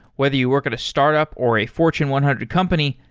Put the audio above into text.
whether you work at a startup or a fortune one hundred company,